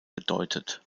gedeutet